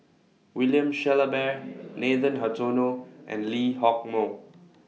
William Shellabear Nathan Hartono and Lee Hock Moh